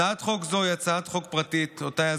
הצעת חוק זו היא הצעת חוק פרטית שיזמנו,